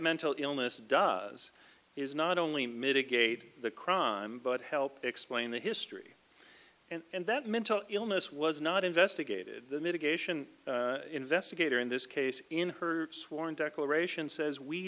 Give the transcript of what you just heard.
mental illness does is not only mitigate the crime but help explain the history and that mental illness was not investigated the mitigation investigator in this case in her sworn declaration says we